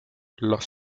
los